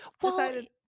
decided